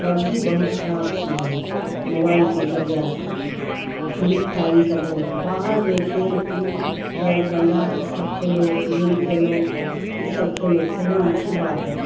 PUBG بہت خراب چیز ہے موبائل کے ذریعہ سے پھری پھائو یہ سب باہر میں کھیل کود بیٹ بلا یہ سب کھیلو گیند کھیلو ای سب کھیلو کھیلنا اچھی بات ہے